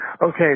Okay